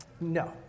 no